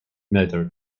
military